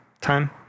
time